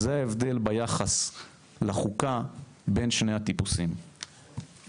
זה ההבדל ביחס לחוקה בין שני הטיפוסים.".